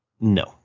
No